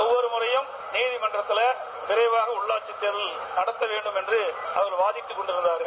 ஒவ்வொரு முறையும் நீதிமன்றத்தில விரைவாக உள்ளாட்சித் தேர்தலை நடத்த வேண்டும் என்று அவர்கள் வாகிட்டுக் கொண்டருந்தார்கள்